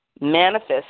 manifest